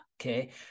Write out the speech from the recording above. okay